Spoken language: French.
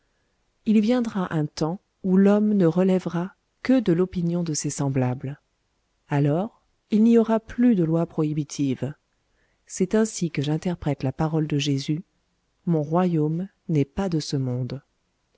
il viendra un temps où l'homme ne relèvera que de l'opinion de ses semblables alors il n'y aura plus de lois prohibitives c'est ainsi que j'interprète la parole de jésus mon royaume n'est pas de ce monde